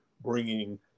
bringing